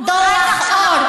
דוח אור,